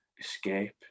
escape